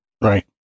Right